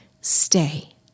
stay